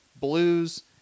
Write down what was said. Blues